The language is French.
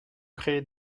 créez